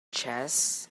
chess